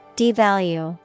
devalue